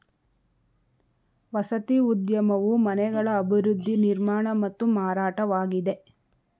ವಸತಿ ಉದ್ಯಮವು ಮನೆಗಳ ಅಭಿವೃದ್ಧಿ ನಿರ್ಮಾಣ ಮತ್ತು ಮಾರಾಟವಾಗಿದೆ